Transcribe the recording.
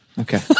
Okay